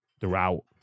throughout